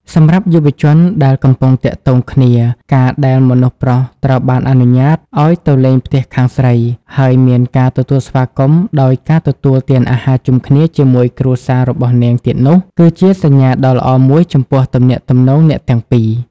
សម្រាប់យុវជនដែលកំពុងទាក់ទងគ្នា ការដែលមនុស្សប្រុសត្រូវបានអនុញ្ញាតឲ្យទៅលេងផ្ទះខាងស្រី ហើយមានការទទួលស្វាគមន៍ដោយការទទួលទានអាហារជុំគ្នាជាមួយគ្រួសាររបស់នាងទៀតនោះ គឺជាសញ្ញាដ៏ល្អមួយចំពោះទំនាក់ទំនងអ្នកទាំងពីរ។